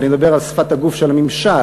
ואני מדבר על שפת הגוף של הממשל,